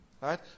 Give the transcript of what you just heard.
right